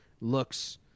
looks –